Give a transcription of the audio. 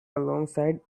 alongside